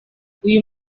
uyu